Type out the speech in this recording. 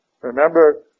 Remember